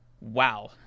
Wow